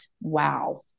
Wow